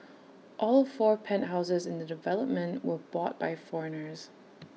all four penthouses in the development were bought by foreigners